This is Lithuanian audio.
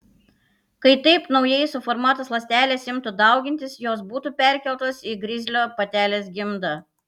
kai taip naujai suformuotos ląstelės imtų daugintis jos būtų perkeltos į grizlio patelės gimdą